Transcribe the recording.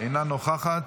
אינה נוכחת,